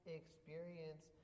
experience